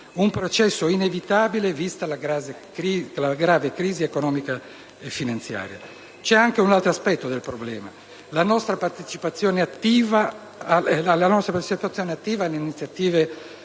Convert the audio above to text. un processo inevitabile vista la grave crisi economica e finanziaria. Tuttavia, c'è anche un altro aspetto del problema: la nostra partecipazione attiva alle iniziative